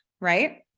right